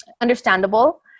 understandable